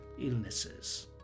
illnesses